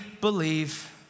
believe